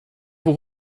vous